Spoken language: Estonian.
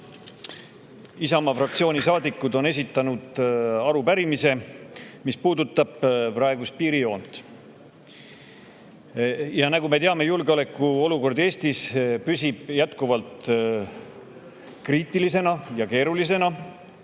Isamaa fraktsiooni saadikud on esitanud arupärimise, mis puudutab praegust piirijoont. Nagu me teame, julgeolekuolukord püsib Eestis jätkuvalt kriitilisena ja keerulisena,